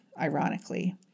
ironically